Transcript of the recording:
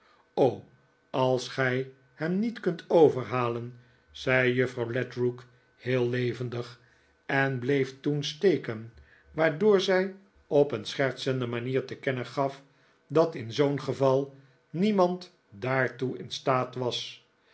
als gij hem niet kunt overhalen zei juffrouw ledrook heel levendig en bleef toen steken waardoor zij op een schertsende manier te kennen gaf dat in zoo'n geval niemand daartoe in staat was